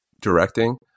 directing